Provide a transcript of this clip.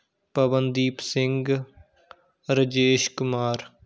Pawandeep Singh Rajesh Kumar